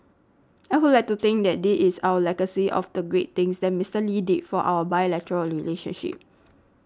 I would like to think that this is out legacy of the great things that Mister Lee did for our bilateral relationship